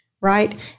right